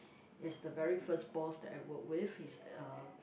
is the very first boss that I work with he's uh